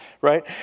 right